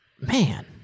Man